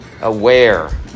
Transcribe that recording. aware